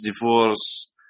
divorce